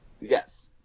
Yes